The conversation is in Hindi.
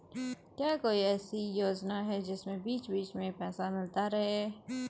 क्या कोई ऐसी योजना है जिसमें बीच बीच में पैसा मिलता रहे?